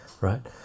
right